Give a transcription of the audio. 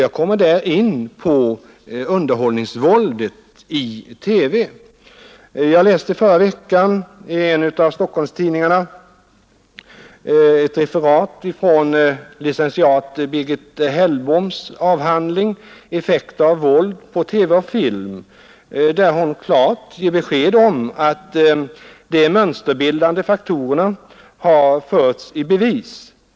Jag kommer där in på underhållningsvåldet i dess helhet. Jag läste i förra veckan i en av tidningarna i Stockholm ett referat från licentiat Birgit Hellboms avhandling Effekt av våld på TV och film, där hon klart ger besked om att de mönsterbildande faktorerna har förts i bevis.